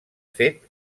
fet